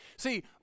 See